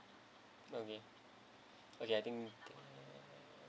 okay okay I think